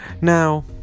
Now